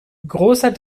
großer